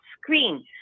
screen